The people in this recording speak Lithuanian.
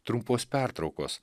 trumpos pertraukos